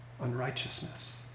unrighteousness